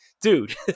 dude